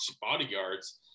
bodyguards